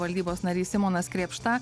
valdybos narys simonas krėpšta